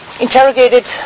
interrogated